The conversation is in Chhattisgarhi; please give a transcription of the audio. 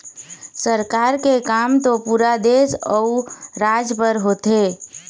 सरकार के काम तो पुरा देश अउ राज बर होथे